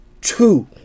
two